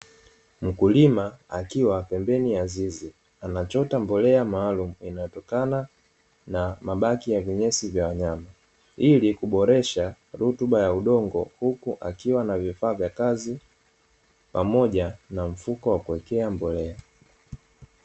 Mkulima akiwa pembeni ya zizi, anachota mbolea maalumu inayotokana na mabaki ya vinyesi vya wanyama ili kuboresha rutuba ya udongo, huku akiwa na vifaa vya kazi pamoja na mfumo wa kuwekewa mbolea.